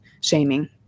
shaming